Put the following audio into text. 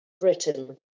Britain